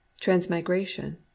Transmigration